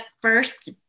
first